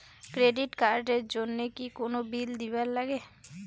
Credit card এর জন্যে কি কোনো বিল দিবার লাগে?